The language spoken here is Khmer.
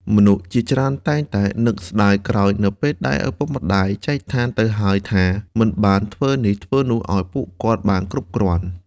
មនុស្សជាច្រើនតែងតែនឹកស្តាយក្រោយនៅពេលដែលឪពុកម្តាយចែកឋានទៅហើយថា មិនបានធ្វើនេះធ្វើនោះឲ្យពួកគាត់បានគ្រប់គ្រាន់។